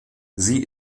sie